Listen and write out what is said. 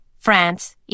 France